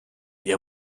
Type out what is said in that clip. ihr